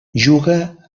juga